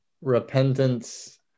Repentance